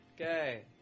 Okay